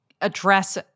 address